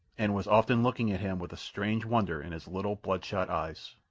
and was often looking at him with a strange wonder in his little bloodshot eyes,